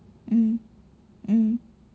mm mm